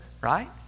right